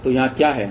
तो यहाँ क्या है